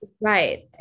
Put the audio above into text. right